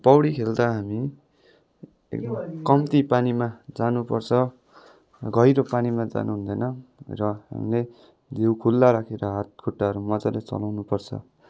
पौडी खेल्दा हामी कम्ती पानीमा जानुपर्छ गहिरो पानीमा जानुहुँदैन र हामीले जिउ खुल्ला राखेर हातखुट्टाहरू मजाले चलाउनुपर्छ